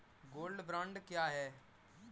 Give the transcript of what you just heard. Gold bond क्या है?